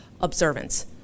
observance